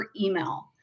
email